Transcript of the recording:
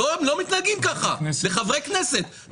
לא מתנהגים ככה לחברי הכנסת.